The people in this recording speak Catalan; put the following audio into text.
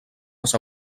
les